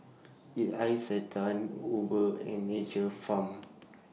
did Isetan Uber and Nature's Farm